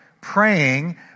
praying